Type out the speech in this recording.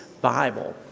Bible